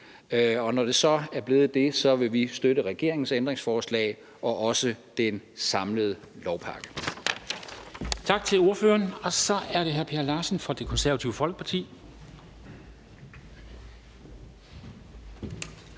og når det så er blevet det, vil vi støtte regeringens ændringsforslag og også det samlede lovforslag.